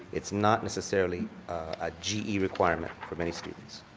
it's not necessarily a ge requirement for many students.